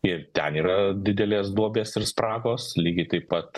ir ten yra didelės duobės ir spragos lygiai taip pat